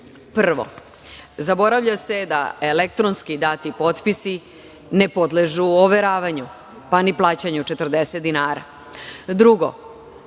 zaboravlja se da elektronski dati potpisi ne podležu overavanju, pa ni plaćanju 40 dinara. Drugo,